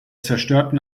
zerstörten